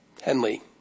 Henley